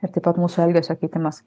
ir taip pat mūsų elgesio keitimas